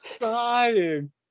dying